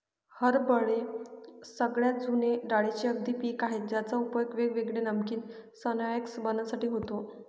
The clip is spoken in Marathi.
हरभरे सगळ्यात जुने डाळींचे नगदी पिक आहे ज्याचा उपयोग वेगवेगळे नमकीन स्नाय्क्स बनविण्यासाठी होतो